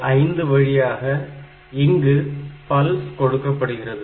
5 வழியாக இங்கு பல்ஸ் கொடுக்கப்படுகிறது